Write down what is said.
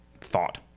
thought